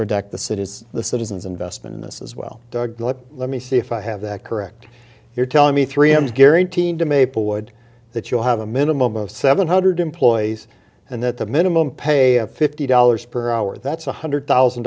the citizens the citizens investment in this as well let me see if i have that correct you're telling me three i'm guaranteed to maplewood that you'll have a minimum of seven hundred employees and that the minimum pay of fifty dollars per hour that's one hundred thousand